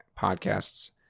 podcasts